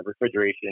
refrigeration